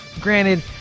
granted